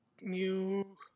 new